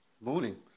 Morning